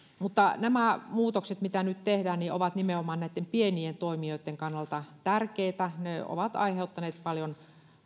nämä muutokset mitä nyt tehdään ovat nimenomaan näitten pienien toimijoitten kannalta tärkeitä ne ovat aiheuttaneet paljon